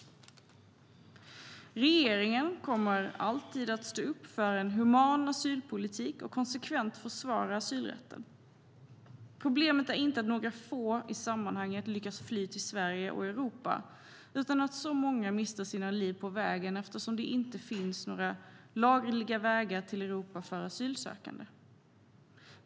Regeringen kommer alltid att stå upp för en human asylpolitik och konsekvent försvara asylrätten. Problemet är inte att några i sammanhanget få lyckas fly till Sverige och Europa utan att så många mister sina liv på vägen eftersom det inte finns några lagliga vägar till Europa för asylsökande.